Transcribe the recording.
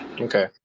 Okay